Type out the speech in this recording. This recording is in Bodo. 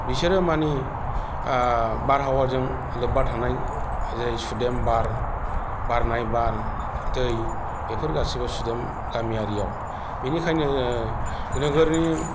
बिसोरो मानि बारहावाजों लोब्बा थानाय जे सुदेम बार बारनाय बार दै बेफोर गासिबो सुदेम गामियारियाव बिनिखायनो नोगोरनि